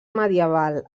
medieval